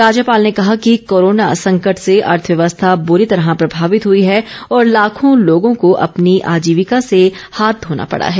राज्यपाल ने कहा कि कोरोना संकट से अर्थव्यवस्था बुरी तरह प्रभावित हुई है और लाखों लोगों को अपनी आजीविका से हाथ धोना पड़ा है